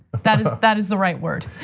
that is that is the right word.